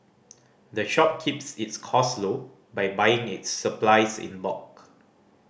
the shop keeps its cost low by buying its supplies in bulk